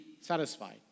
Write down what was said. satisfied